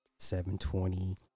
720